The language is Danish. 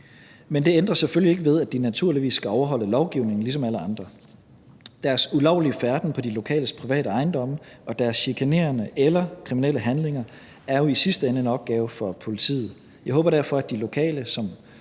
Men det ændrer selvfølgelig ikke ved, at de naturligvis skal overholde lovgivningen ligesom alle andre. Deres ulovlige færden på de lokales private ejendomme og deres chikanerende eller kriminelle handlinger er jo i sidste ende en opgave for politiet. Jeg håber derfor, at de lokale, som